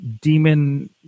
Demon